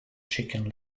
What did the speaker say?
chicken